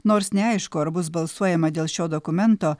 nors neaišku ar bus balsuojama dėl šio dokumento